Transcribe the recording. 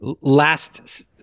last